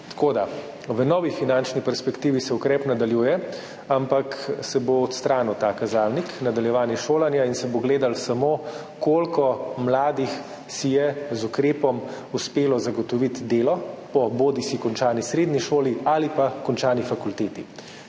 fakultete. V novi finančni perspektivi se ukrep nadaljuje, ampak se bo odstranil ta kazalnik nadaljevanje šolanja in se bo gledalo samo, koliko mladih si je z ukrepom uspelo zagotoviti delo po bodisi končani srednji šoli ali pa končani fakulteti.